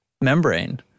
membrane